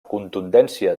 contundència